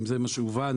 אם זה מה שהובן,